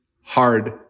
hard